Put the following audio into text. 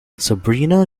sabrina